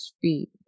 feet